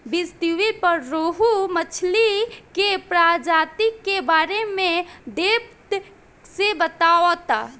बीज़टीवी पर रोहु मछली के प्रजाति के बारे में डेप्थ से बतावता